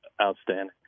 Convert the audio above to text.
outstanding